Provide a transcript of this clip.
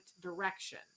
direction